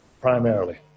primarily